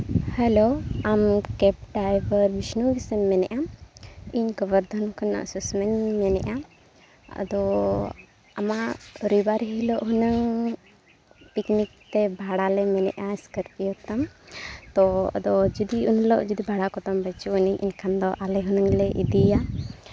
hello ᱟᱢ cab driver Bishnu ᱜᱮᱥᱮᱢ ᱢᱮᱱᱮᱫᱼᱟ ᱤᱧ ᱜᱳᱵᱚᱨᱫᱷᱚᱱ ᱠᱷᱚᱱᱟᱜ ᱥᱩᱥᱚᱢᱟᱧ ᱢᱮᱱᱮᱫᱼᱟ ᱟᱫᱚ ᱟᱢᱟᱜ ᱨᱚᱵᱤᱵᱟᱨ ᱦᱤᱞᱳᱜ ᱦᱩᱱᱟᱹᱝ ᱯᱤᱠᱱᱤᱠ ᱛᱮ ᱵᱷᱟᱲᱟᱞᱮ ᱢᱮᱱᱮᱫᱼᱟ ᱥᱠᱚᱨᱯᱤᱭᱳ ᱛᱟᱢ ᱛᱳ ᱟᱫᱚ ᱡᱩᱫᱤ ᱩᱱᱦᱤᱞᱳᱜ ᱡᱩᱫᱤ ᱵᱷᱟᱲᱟ ᱠᱚᱛᱟᱢ ᱵᱟᱹᱪᱩᱜ ᱟᱹᱱᱤᱡ ᱮᱱᱠᱷᱟᱱ ᱫᱚ ᱟᱞᱮ ᱦᱩᱱᱟᱹᱝ ᱞᱮ ᱤᱫᱤᱭᱟ